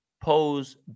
pose